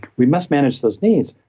we must manage those needs,